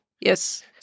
Yes